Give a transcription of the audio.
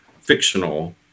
fictional